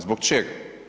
Zbog čega?